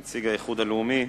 נציג האיחוד הלאומי.